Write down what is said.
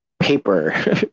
paper